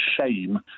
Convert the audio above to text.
shame